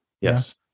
Yes